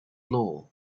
lore